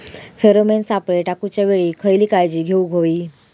Pheromone सापळे टाकूच्या वेळी खयली काळजी घेवूक व्हयी?